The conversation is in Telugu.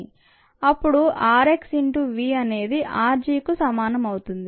అప్పుడు r x ఇన్టూ V అనేది r gకు సమానం అవుతుంది